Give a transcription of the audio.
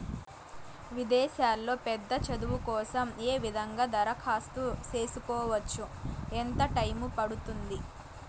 విదేశాల్లో పెద్ద చదువు కోసం ఏ విధంగా దరఖాస్తు సేసుకోవచ్చు? ఎంత టైము పడుతుంది?